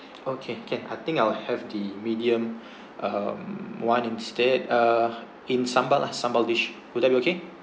okay can I think I will have the medium um one instead uh in sambal lah sambal dish will that be okay